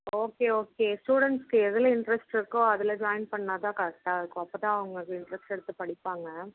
okay okay ஸ்டூடெண்ட்ஸுக்கு எதில் interest இருக்கோ அதில் ஜாயின் பண்ணால் தான் கரெக்டாக இருக்கும் அப்போ தான் அவங்க இன்ட்ரெஸ்ட் எடுத்து படிப்பாங்க